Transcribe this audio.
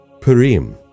Purim